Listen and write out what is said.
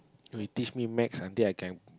who teach me maths until I can